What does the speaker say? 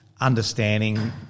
understanding